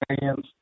hands